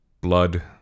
blood